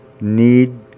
need